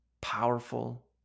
powerful